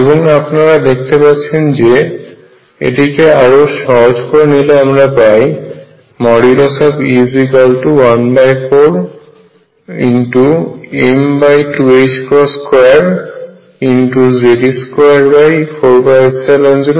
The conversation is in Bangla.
এবং আপনারা দেখতে পাচ্ছেন যে এটিকে আরও সহজ করে নিলে আমরা পাই E14m2ℏ2Ze24π02